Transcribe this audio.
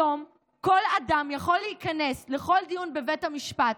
היום כל אדם יכול להיכנס לכל דיון בבית המשפט,